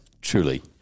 truly